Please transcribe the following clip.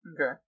Okay